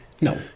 No